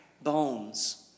bones